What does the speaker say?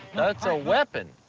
that's a weapon!